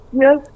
Yes